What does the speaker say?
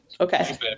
Okay